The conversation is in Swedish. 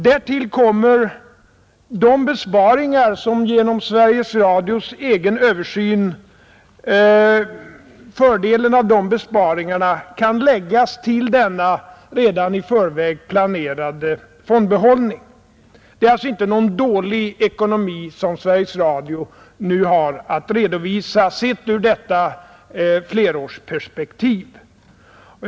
Därtill kommer att fördelen av besparingarna genom Sveriges Radios egen översyn kan läggas till denna redan i förväg planerade fondbehållning. Det är alltså inte någon dålig ekonomi som Sveriges Radio nu har att redovisa, sett ur detta flerårsperspektiv.